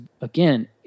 again